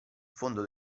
fondo